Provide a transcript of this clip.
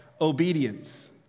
obedience